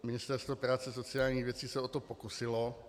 Ministerstvo práce a sociálních věcí se o to pokusilo.